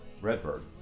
Redbird